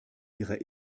ihrer